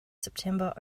september